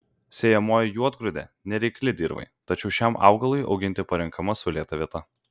sėjamoji juodgrūdė nereikli dirvai tačiau šiam augalui auginti parenkama saulėta vieta